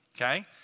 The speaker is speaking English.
Okay